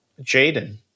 Jaden